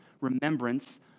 remembrance